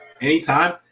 anytime